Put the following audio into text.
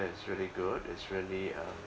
it's really good it's really uh